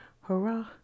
hurrah